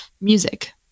music